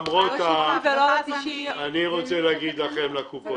אני רוצה להודות לקופות,